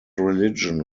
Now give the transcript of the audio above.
religion